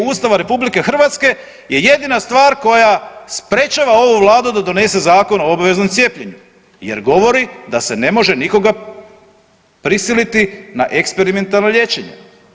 Ustava RH je jedina stvar koja sprječava ovu vladu da donese Zakon o obveznom cijepljenju jer govori da se ne može nikoga prisiliti na eksperimentalno liječenje.